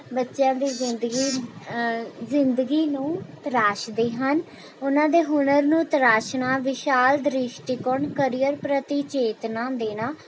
ਬੱਚਿਆਂ ਦੀ ਜ਼ਿੰਦਗੀ ਜ਼ਿੰਦਗੀ ਨੂੰ ਤਰਾਸ਼ਦੇ ਹਨ ਉਨ੍ਹਾਂ ਦੇ ਹੁਨਰ ਨੂੰ ਤਰਾਸ਼ਣਾ ਵਿਸ਼ਾਲ ਦ੍ਰਿਸ਼ਟੀਕੋਣ ਕਰੀਅਰ ਪ੍ਰਤੀ ਚੇਤਨਾ ਦੇਣਾ